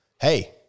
hey